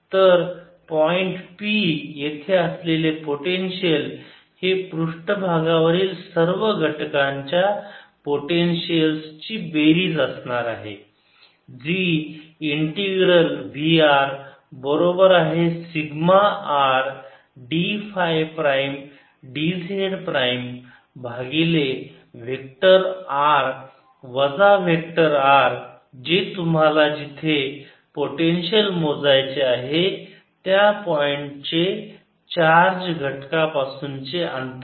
तर point p येथे असलेले पोटेन्शियल हे पृष्ठभागावरील सर्व घटकांच्या पोटेन्शिअल ची बेरीज असणार आहे जी इंटिग्रल v r बरोबर आहे sigma R d phi prime d z prime भागिले वेक्टर r वजा वेक्टर R जे तुम्हाला जिथे पोटेन्शियल मोजायचे आहे त्या पॉईंटचे चार्ज घटका पासूनचे अंतर आहे